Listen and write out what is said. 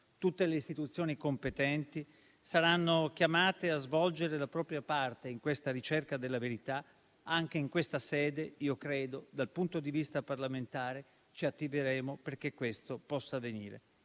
Tutte le istituzioni competenti saranno chiamate a svolgere la propria parte in questa ricerca della verità. Anche in questa sede, dal punto di vista parlamentare, ci attiveremo perché ciò possa avvenire.